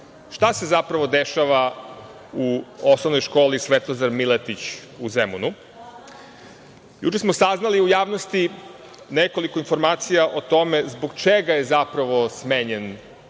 šta se zapravo dešava u Osnovnoj školi „Svetozar Miletić“ u Zemunu. Juče smo saznali u javnosti nekoliko informacija o tome zbog čega je zapravo smenjen